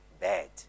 bad